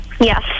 Yes